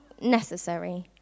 necessary